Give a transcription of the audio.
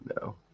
No